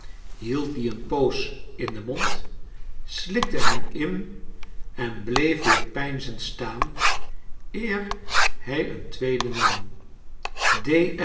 hield dien een poos in den mond slikte hem in en bleef weer peinzend staan eer hij een tweeden nam